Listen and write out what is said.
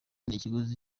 n’ikiguzi